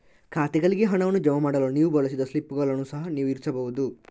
ಖಾತೆಗಳಿಗೆ ಹಣವನ್ನು ಜಮಾ ಮಾಡಲು ನೀವು ಬಳಸಿದ ಸ್ಲಿಪ್ಪುಗಳನ್ನು ಸಹ ನೀವು ಇರಿಸಬಹುದು